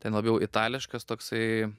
ten labiau itališkas toksai